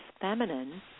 feminine